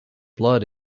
blood